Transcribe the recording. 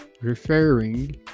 referring